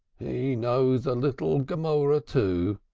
he knows a little gemorah, too,